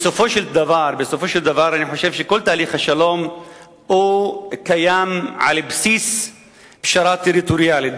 בסופו של דבר אני חושב שכל תהליך השלום קיים על בסיס פשרה טריטוריאלית.